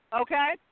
okay